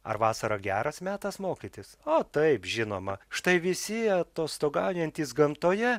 ar vasara geras metas mokytis o taip žinoma štai visi atostogaujantys gamtoje